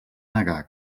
negar